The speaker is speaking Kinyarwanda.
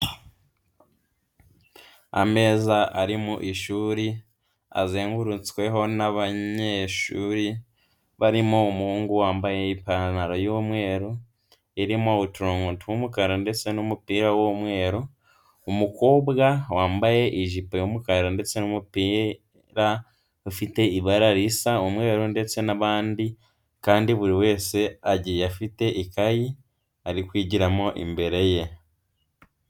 Ameza ari mu ishuri azengurutsweho n'abanyeshuri barimo umuhungu wambaye ipantaro y'umweru irimo uturungo tw'umukara ndetse n'umupira w'umweru, umukobwa wambaye ijipo y'umukara ndetse n'umupira ufite ibara risa umweru ndetse n'abandi kandi buri wese agiye afite ikayi ari kwigiramo imbere ye.